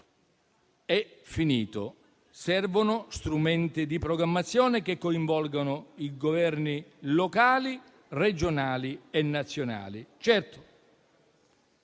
è finito: servono strumenti di programmazione che coinvolgano i Governi locali, regionali e nazionali.